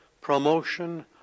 promotion